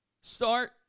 start